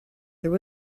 there